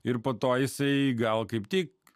ir po to jisai gal kaip tik